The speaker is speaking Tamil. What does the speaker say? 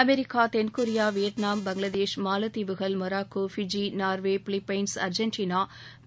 அமெிக்கா தென்கொரியா வியட்நாம் பங்ளாதேஷ் மாலத்தீவுகள் Morocco Fiji Norway Philippines Argentina